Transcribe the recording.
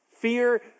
Fear